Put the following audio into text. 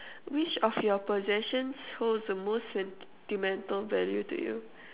which of your possessions holds the most sentimental value to you